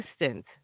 assistant